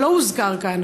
שלא הוזכר כאן,